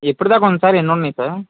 ఎప్పుడు దాకా ఉంది సార్ ఎన్ని ఉన్నాయి సార్